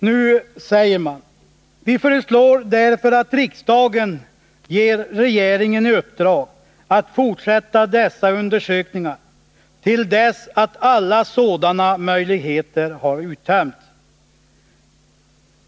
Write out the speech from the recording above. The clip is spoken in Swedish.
Man säger: ”Vi föreslår därför att riksdagen ger regeringen i uppdrag att fortsätta dessa undersökningar till dess att alla sådana möjligheter har uttömts.